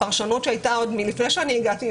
הפרשנות שהייתה עוד לפני שאני הגעתי,